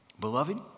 Beloved